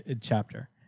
chapter